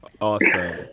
Awesome